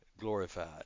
glorified